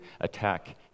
attack